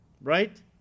right